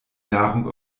nahrung